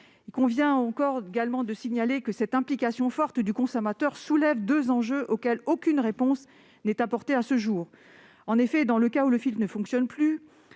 des filtres usagés. En outre, l'implication forte du consommateur soulève deux enjeux auxquels aucune réponse n'est apportée à ce jour. En effet, dans le cas où le filtre ne fonctionne plus,